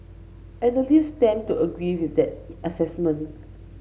analysts tend to agree with that assessment